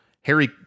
Harry